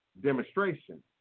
demonstration